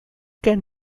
can